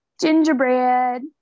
gingerbread